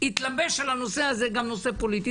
והתלבש על הנושא הזה גם נושא פוליטי.